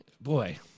boy